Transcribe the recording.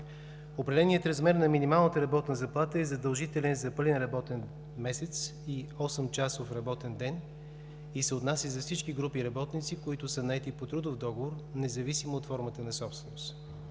Определеният размер на минималната работна заплата е задължителен за пълен работен месец и 8-часов работен ден и се отнася за всички групи работници, които са наети по трудов договор, независимо от формата на собственост.